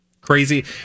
Crazy